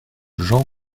jean